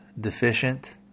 deficient